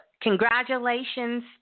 congratulations